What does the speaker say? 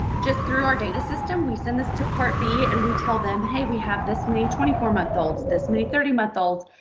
just through our data system. we send this to part b and we tell them, hey, we have this many twenty four month olds, this many thirty months old.